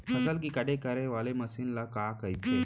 फसल की कटाई करे वाले मशीन ल का कइथे?